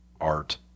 art